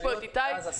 יש פה את איתי זילבר.